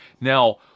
now